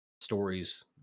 stories